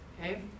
okay